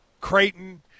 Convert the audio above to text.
Creighton